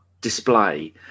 display